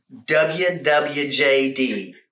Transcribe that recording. WWJD